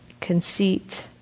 conceit